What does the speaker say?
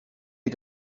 est